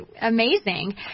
amazing